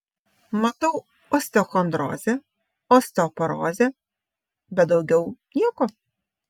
matau osteochondrozę osteoporozę bet daugiau nieko